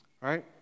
right